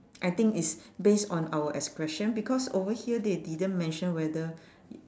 I think it's based on our excretion because over here they didn't mention whether y~